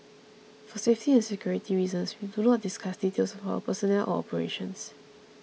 for safety and security reasons we do not discuss details of our personnel or operations